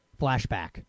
flashback